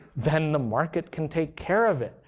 then the market can take care of it.